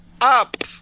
up